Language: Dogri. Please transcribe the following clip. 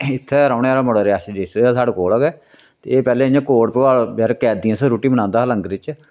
इत्थैं दा रौह्ने आह्ला मुड़ा रियासी डिस्टिक दा गै साढ़ै कोला गै ते एह् पैह्लै इ'यां कोट भडवाल कैदियें आस्तै रुट्टी बनांदा हा लंगर च